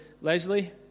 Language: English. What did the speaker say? Leslie